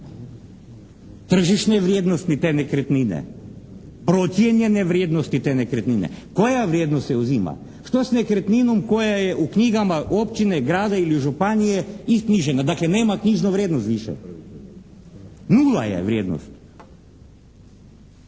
tržišne vrijednosti te nekretnine, procijenjene vrijednosti te nekretnine. Koja vrijednost se uzima? Što je s nekretninom koja je u knjigama općine, grada ili županije isknjižena? Dakle, nema knjižnu vrijednost više. 0 je vrijednost.